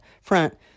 front